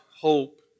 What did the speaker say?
hope